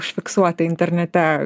užfiksuota internete